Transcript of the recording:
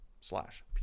slash